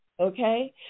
Okay